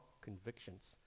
convictions